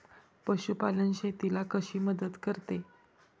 पशुपालन शेतीला कशी मदत करते?